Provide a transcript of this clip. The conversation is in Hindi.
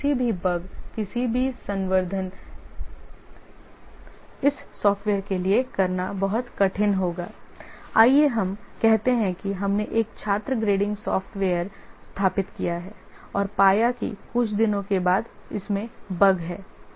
तो किसी भी बग किसी भी संवर्द्धन इस सॉफ्टवेयर के लिए करना बहुत कठिन होगा आइए हम कहते हैं कि हमने एक छात्र ग्रेडिंग सॉफ़्टवेयर स्थापित किया है और पाया कि कुछ दिनों के बाद बग है